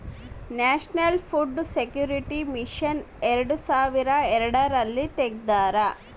national food security mission ಎರಡು ಸಾವಿರದ ಎಳರಲ್ಲಿ ತೆಗ್ದಾರ